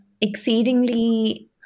exceedingly